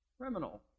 criminal